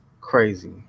Crazy